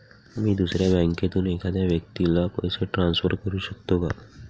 मी दुसऱ्या बँकेतून एखाद्या व्यक्ती ला पैसे ट्रान्सफर करु शकतो का?